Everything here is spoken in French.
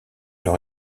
leur